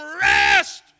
rest